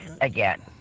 again